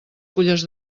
fulles